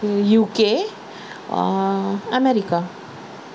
UK America